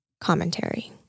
commentary